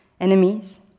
enemies